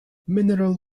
mineral